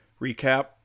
recap